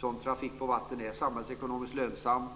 Sådan trafik på vatten är samhällsekonomiskt lönsam.